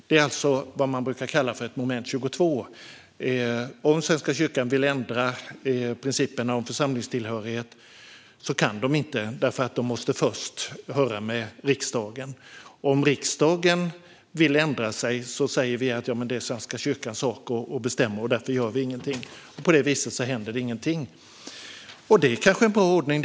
Det är vad man brukar kalla ett moment 22. Om Svenska kyrkan vill ändra principen om församlingstillhörighet kan man inte det, eftersom man först måste höra med riksdagen. Om riksdagen vill ändra den säger vi: "Det är Svenska kyrkans sak att bestämma, och därför gör vi ingenting." På det viset händer ingenting. Det i sig är kanske också en bra ordning.